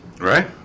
right